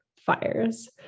fires